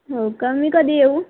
हो का मी कधी येऊ